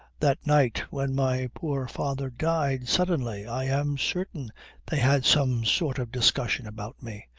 that night when my poor father died suddenly i am certain they had some sort of discussion, about me.